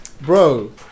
Bro